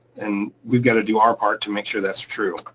and we've gotta do our part to make sure that's true.